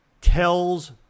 tells